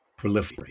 proliferate